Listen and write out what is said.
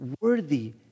worthy